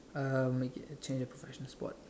uh make it a change it professional sport